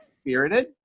spirited